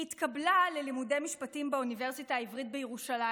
היא התקבלה ללימודי משפטים באוניברסיטה העברית בירושלים.